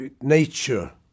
nature